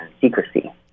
secrecy